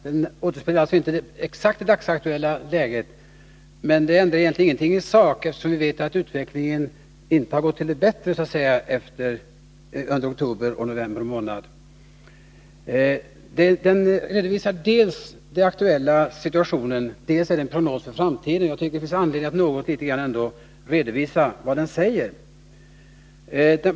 Den återspeglar alltså inte exakt det dagsaktuella läget, men det ändrar egentligen ingenting i sak, eftersom vi vet att utvecklingen inte har gått till det bättre under oktober och november månader. Rapporten redovisar dels den aktuella situationen och är dels en prognos för framtiden. Jag tycker att det finns anledning att något redogöra för vad rapporten innehåller.